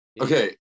Okay